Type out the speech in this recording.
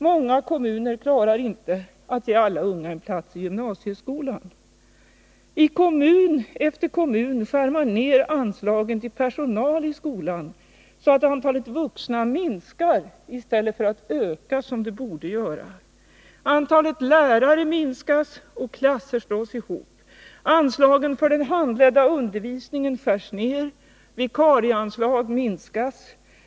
Många kommuner klarar inte att ge alla unga en plats i gymnasieskolan. I kommun efter kommun skär man ner anslagen till personal i skolan så att antalet vuxna minskar i stället för att öka, som det borde göra. Antalet lärare minskas och klasser slås ihop. Anslagen för den handledda undervisningen skärs ner. Vikarieanslag minskas.